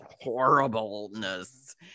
horribleness